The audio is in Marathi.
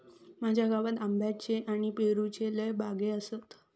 माझ्या गावात आंब्याच्ये आणि पेरूच्ये लय बागो आसत